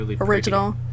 original